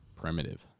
Primitive